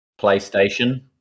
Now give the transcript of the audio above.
playstation